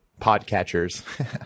podcatchers